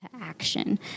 Action